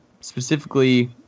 specifically